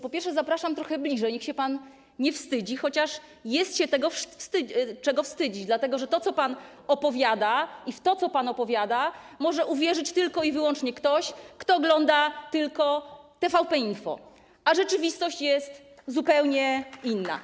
Po pierwsze, zapraszam trochę bliżej, niech się pan nie wstydzi, chociaż jest się czego wstydzić, dlatego że to, co pan opowiada, w to, co pan opowiada, może uwierzyć tylko i wyłącznie ktoś, kto ogląda tylko TVP Info, a rzeczywistość jest zupełnie inna.